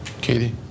Katie